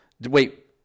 Wait